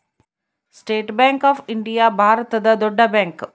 state Bank of India ಭಾರತದ ದೊಡ್ಡ bank